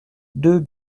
deux